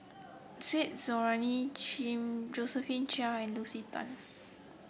Said Zahari Josephine Chia and Lucy Tan